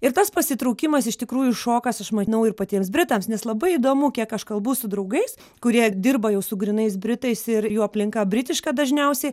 ir tas pasitraukimas iš tikrųjų šokas aš manau ir patiems britams nes labai įdomu kiek aš kalbu su draugais kurie dirba jau su grynais britais ir jų aplinka britiška dažniausiai